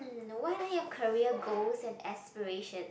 no what are your career goals and aspiration